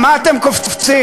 מה אתם קופצים?